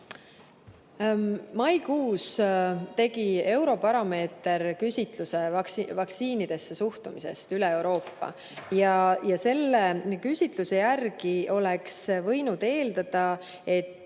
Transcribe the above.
Maikuus tegi Eurobaromeeter küsitluse vaktsiinidesse suhtumise kohta üle Euroopa. Selle küsitluse järgi oleks võinud eeldada, et